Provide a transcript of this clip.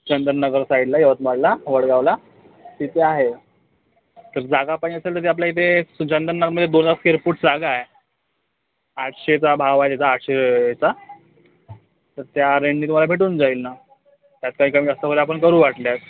चंदन नगर साईडला यवतमाळला वडगावला तिथे आहे तर जागा पाहिजे असेन आपल्या इथे चंदन नगरला दोन हजार स्केर फूट जागा आहे आठशेचा भाव आहे इथं आठशेचा तर त्या रेटनी तुम्हाला भेटून जाईल न त्यात काय कमीजास्त वगैरे आपण करू वाटल्यास